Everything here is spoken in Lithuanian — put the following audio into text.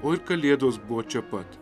o ir kalėdos buvo čia pat